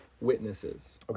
witnesses